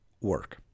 work